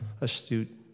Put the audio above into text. astute